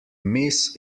miss